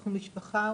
אנחנו משפחה,